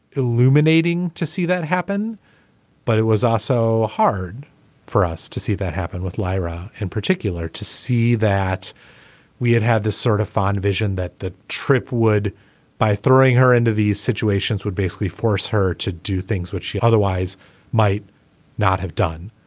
illuminating to see that happen but it was also hard for us to see that happen with lyra in particular to see that we had had this sort of fine vision that the trip would by throwing her into these situations would basically force her to do things which she otherwise might not have done.